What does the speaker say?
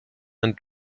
and